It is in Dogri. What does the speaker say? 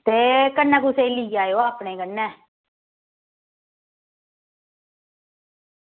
ते कन्नै कुसैगी लेई आएओ अपने कन्नै